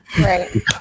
Right